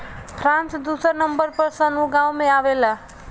France दुसर number पर सन उगावे में आवेला